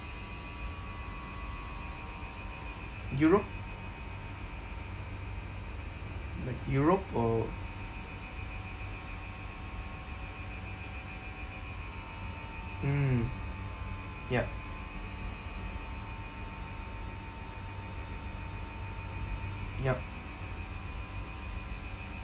europe like europe or mm ya yup